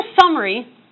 summary